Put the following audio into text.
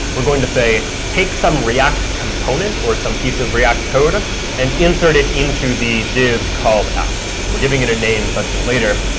we're going to say take some react component or some piece of react code ah and insert it into the div called app. so we're giving it a name such that later,